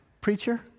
preacher